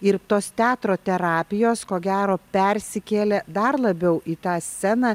ir tos teatro terapijos ko gero persikėlė dar labiau į tą sceną